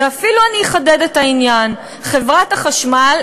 ואני אפילו אחדד את העניין: חברת החשמל,